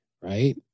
Right